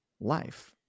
life